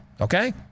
Okay